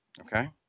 okay